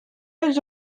els